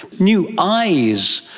new eyes,